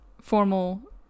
formal